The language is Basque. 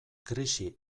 krisi